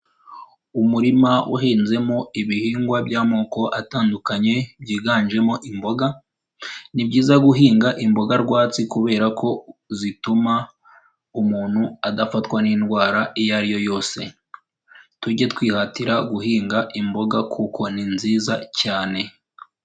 Umurima uhinzemo ibihingwa by'amoko atandukanye byiganjemo imboga, ni byiza guhinga imboga rwatsi kubera ko zituma umuntu adafatwa n'indwara iyo ari yo yose. Tujye twihatira guhinga imboga kuko ni nziza cyane.